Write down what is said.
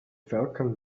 falcon